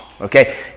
Okay